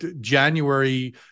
January